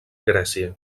grècia